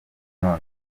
noneho